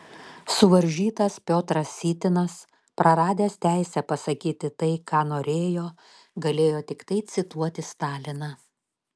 suvaržytas piotras sytinas praradęs teisę pasakyti tai ką norėjo galėjo tiktai cituoti staliną